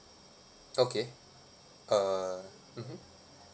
okay uh mmhmm